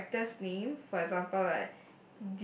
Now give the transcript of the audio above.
characters name for example like